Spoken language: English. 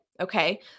Okay